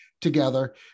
together